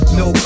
no